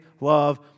love